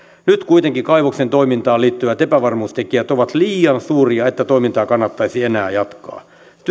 nyt kuitenkin kaivoksen toimintaan liittyvät epävarmuustekijät ovat liian suuria että toimintaa kannattaisi enää jatkaa